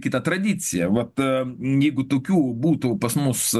kitą tradiciją vat jeigu tokių būtų pas mus